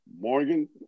Morgan